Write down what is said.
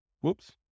Whoops